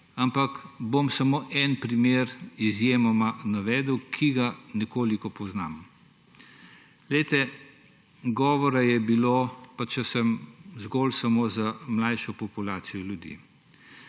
ampak bom samo en primer izjemoma navedel, ki ga nekoliko poznam. Glejte, govora je bilo, če omenim samo za mlajšo populacijo ljudi,